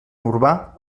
urbà